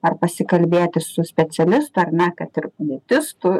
ar pasikalbėti su specialistu ar ne kad ir nutistu